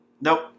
Nope